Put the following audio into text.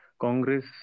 Congress